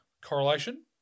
correlation